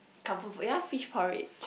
comfort food yea fish porridge